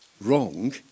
wrong